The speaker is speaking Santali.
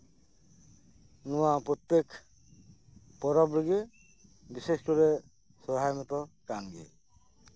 ᱱᱚᱣᱟ ᱯᱨᱚᱛᱛᱮᱠ ᱯᱚᱨᱚᱵ ᱨᱮᱜᱮ ᱵᱚᱥᱮᱥ ᱠᱚᱨᱮ ᱥᱚᱨᱦᱟᱭ ᱢᱟᱛᱚ ᱠᱟᱱ ᱜᱮ